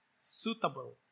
suitable